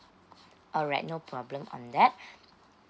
alright no problem on that